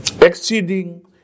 Exceeding